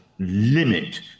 limit